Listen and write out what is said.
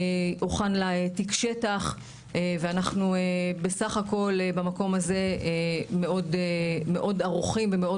הוכן לה תיק שטח ואנחנו בסך הכול במקום הזה מאוד ערוכים ומאוד